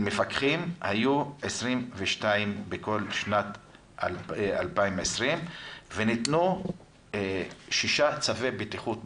היו 22 ביקורים של מפקחים בכל שנת 2020 ונתנו 6 צווי בטיחות בלבד.